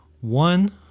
One